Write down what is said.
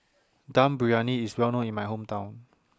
Dum Briyani IS Well known in My Hometown